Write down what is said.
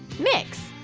mix.